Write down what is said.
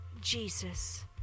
Jesus